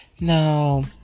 no